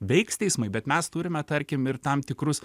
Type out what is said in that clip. veiks teismai bet mes turime tarkim ir tam tikrus